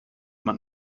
man